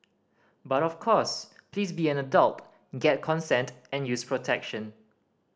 but of course please be an adult get consent and use protection